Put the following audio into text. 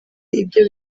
ibyo